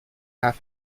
half